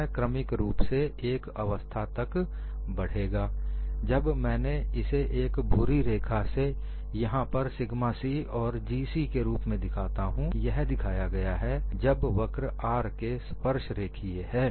यह क्रमिक रूप से एक अवस्था तक बढेगा जब मैंने इसे एक भूरी रेखा से यहां पर सिग्मा c और G c के रूप में दिखाता हूं यह दिखाया गया है जब वक्र R के स्पर्श रेखीए हैं